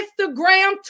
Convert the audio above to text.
Instagram